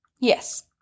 Yes